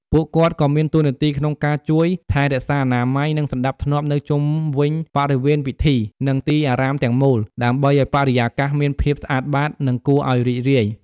តួនាទីដូចជាការជួយសម្អាតចានឆ្នាំង បន្ទាប់ពីការទទួលទាន ឬការរៀបចំមុនការទទួលទាន។